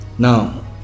now